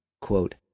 quote